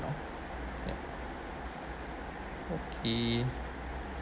now yup okay